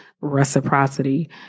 reciprocity